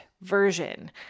version